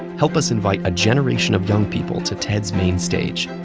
help us invite a generation of young people to ted's main stage.